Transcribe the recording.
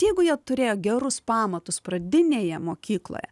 jeigu jie turėjo gerus pamatus pradinėje mokykloje